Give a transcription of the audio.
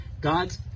God's